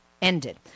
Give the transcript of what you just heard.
Ended